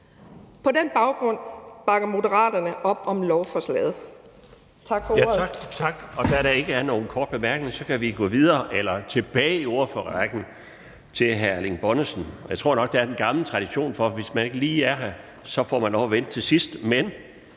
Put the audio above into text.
På den baggrund bakker Moderaterne op om lovforslaget.